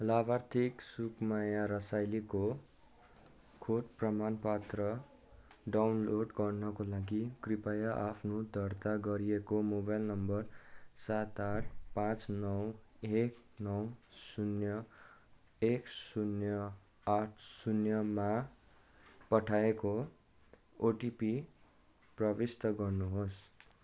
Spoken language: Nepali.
लाभार्थी सुकमाया रसाइलीको खोप प्रमाणपत्र खोप प्रमाणपत्र डाउनलोड गर्नका लागि कृपया आफ्नो दर्ता गरिएको मोबाइल नम्बर सात आठ पाँच नौ एक नौ शून्य एक शून्य आठ शून्यमा पठाएको ओटिपी प्रविष्ट गर्नुहोस्